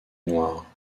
noire